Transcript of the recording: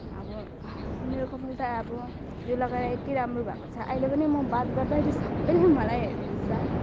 अब मेरो कपाल त अब यो लगाएर यति राम्रो भएको छ अहिले पनि म बात गर्दखेरि सबले मलाई हेर्दैछ